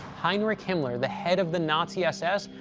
heinrich himmler, the head of the nazi s s,